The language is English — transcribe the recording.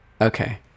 Okay